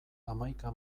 hamaika